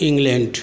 England